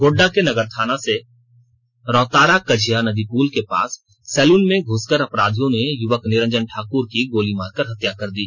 गोड्डा के नगर थाना के रौतारा कझिया नदी पुल के पास सैलुन में घुसकर अपराधियों ने युवक निरंजन ठाक्र की गोली मारकर हत्या कर दी